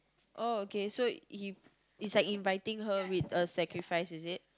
oh okay he is like inviting her with a sacrifice is it